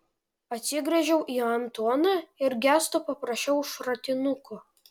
atsigręžiau į antoną ir gestu paprašiau šratinuko